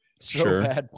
Sure